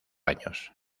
años